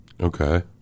Okay